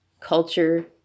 culture